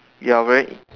you are very